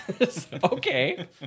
Okay